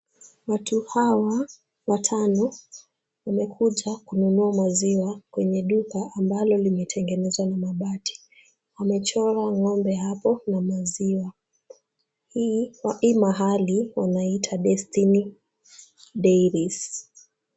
Watu hawa watano, wamekuja kununua maziwa kwenye duka ambalo limetengenezwa na mabati. Wamechora ngombe hapo na maziwa. Hii mahali wanaiita Destiny dairies.